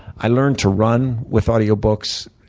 i learned to run with audio books.